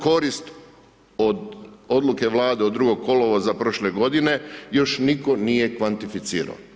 Korist od odluke Vlade od 2. kolovoza prošle godine još nitko nije kvantificirao.